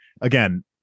again